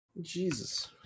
Jesus